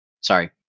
sorry